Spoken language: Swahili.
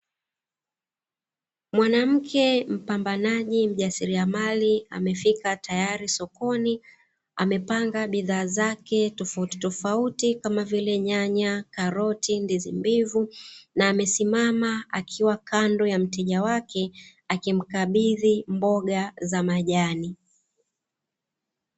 Mwanamke mpambanaji mjasiriamali, amefika tayari sokoni, amepanga bidhaa zake tofautitofauti kamavile nyanya, karoti, ndizi mbivu, na amesimama akiwa kando ya mteja wake akimkabidhi mboga za majani.